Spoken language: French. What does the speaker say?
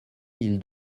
mille